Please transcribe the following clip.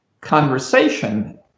conversation